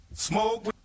Smoke